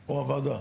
או הוועדה?